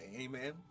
Amen